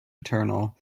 eternal